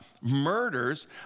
murders